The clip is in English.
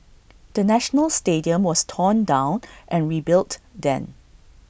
the national stadium was torn down and rebuilt then